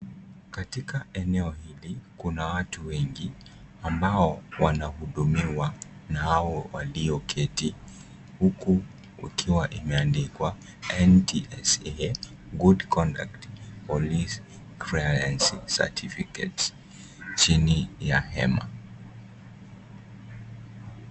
Katika eneo hili, kuna watu wengi ambao wanahudhumiwa na hao walioketi huku kukiwa imeandikwa " NTSA, Good Conduct, Police Clearance Certificate ", Chini ya hema.